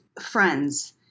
friends